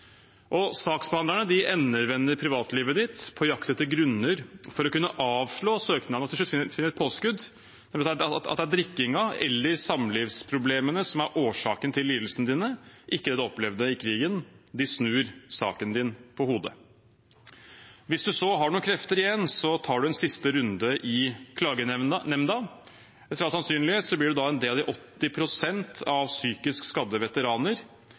Saksbehandlerne endevender privatlivet ditt på jakt etter grunner til å kunne avslå søknaden, og til slutt finner de et påskudd, at det er drikkingen eller samlivsproblemene som er årsaken til lidelsene dine, ikke det du opplevde i krigen. De snur saken din på hodet. Hvis du så har noen krefter igjen, tar du en siste runde i klagenemnda. Etter all sannsynlighet blir du da en del av de 80 pst. av psykisk skadde veteraner